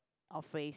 or phrase